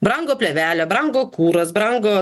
brango plėvelė brango kuras brango